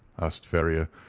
asked ferrier,